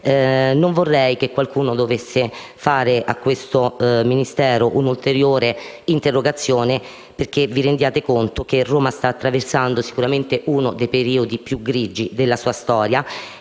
Non vorrei che qualcuno dovesse rivolgere a questo Ministero un'ulteriore interrogazione perché vi rendiate conto che Roma sta attraversando sicuramente uno dei periodi più grigi della sua storia.